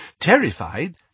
terrified